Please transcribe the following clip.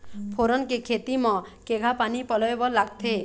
फोरन के खेती म केघा पानी पलोए बर लागथे?